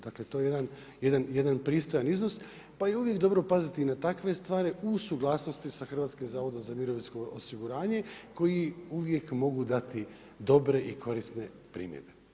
Dakle to je jedan pristojan iznos pa je i uvijek dobro paziti na takve stvari u suglasnosti sa Hrvatskim zavodom za mirovinsko osiguranje koji uvijek mogu dati dobre i korisne primjedbe.